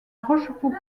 rochefoucauld